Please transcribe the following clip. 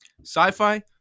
Sci-fi